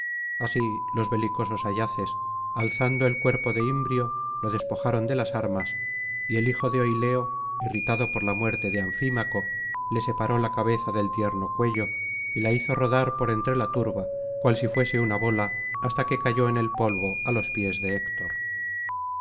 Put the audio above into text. así los belicosos ayaces alzando el cuerpo de imbrio lo despojaron de las armas y el hijo de oileo irritado por la muerte de anfímaco le separó la cabeza del tierno cuello y la hizo rodar por entre la turba cual si fuese una bola hasta que cayó en el polvo á los pies de héctor